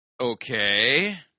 Okay